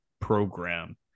program